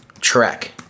track